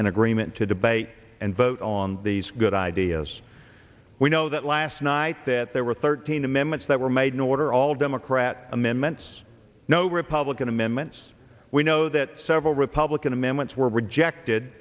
and agreement to debate and vote on these good ideas we know that last night that there were thirteen amendments that were made in order all democrat amendments no republican amendments we know that several republican amendments were rejected